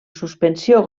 suspensió